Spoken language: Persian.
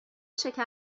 شکر